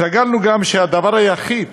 התרגלנו גם שהדבר היחיד